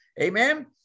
Amen